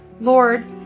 Lord